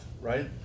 right